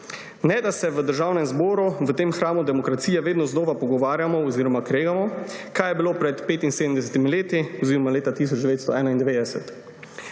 ne, da se v Državnem zboru, v tem hramu demokracije vedno znova pogovarjamo oziroma kregamo, kaj je bilo pred 75 leti oziroma leta 1991.